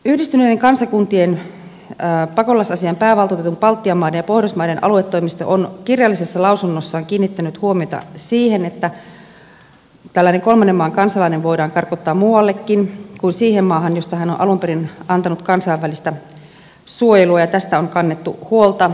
yhdistyneiden kansakuntien pakolaisasiain päävaltuutetun baltian maiden ja pohjoismaiden aluetoimisto on kirjallisessa lausunnossaan kiinnittänyt huomiota siihen että tällainen kolmannen maan kansalainen voidaan karkottaa muuallekin kuin siihen maahan josta hän on alun perin anonut kansainvälistä suojelua ja tästä on kannettu huolta